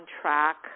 track